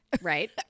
right